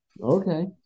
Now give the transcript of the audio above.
Okay